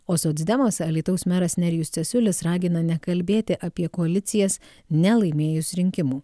o socdemas alytaus meras nerijus cesiulis ragina nekalbėti apie koalicijas nelaimėjus rinkimų